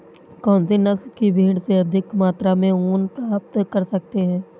कौनसी नस्ल की भेड़ से अधिक मात्रा में ऊन प्राप्त कर सकते हैं?